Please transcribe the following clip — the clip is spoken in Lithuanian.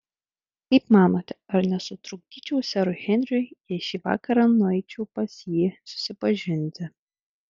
kaip manote ar nesutrukdyčiau serui henriui jei šį vakarą nueičiau pas jį susipažinti